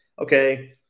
okay